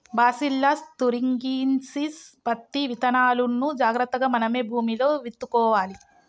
bacillus thuringiensis పత్తి విత్తనాలును జాగ్రత్తగా మనమే భూమిలో విత్తుకోవాలి